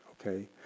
okay